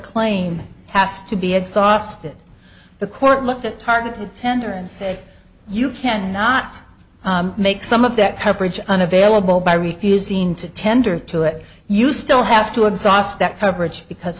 claim has to be exhausted the court looked at targeted tender and say you can not make some of that coverage unavailable by refusing to tender to it you still have to exhaust that coverage because